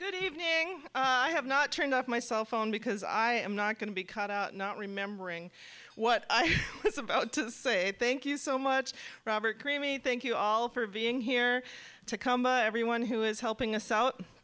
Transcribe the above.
good evening i have not turned off my cell phone because i am not going to be cut out not remembering what i have to say thank you so much robert creamy thank you all for being here to come a everyone who is helping us out